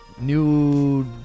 new